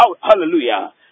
Hallelujah